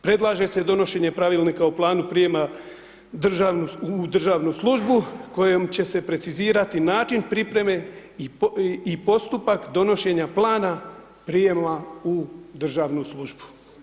Predlaže se donošenje pravilnika o planu prijema u državnu službu, kojom će se precizirati način pripreme i postupak donošenja plana prijema u državnu službu.